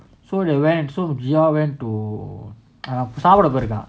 so they went so jiyao went to ah சாப்பிடபோயிருக்கான்:sappida pooirukkan